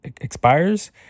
expires